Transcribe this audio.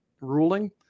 ruling